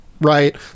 right